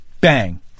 bang